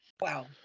Wow